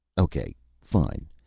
okay fine.